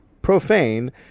profane